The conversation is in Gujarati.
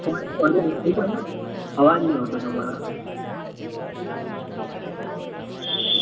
સોરી સોરી ફરીથી બોલો અવાજ નહીં આવતો તમારો